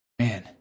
Man